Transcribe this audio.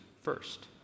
first